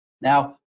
Now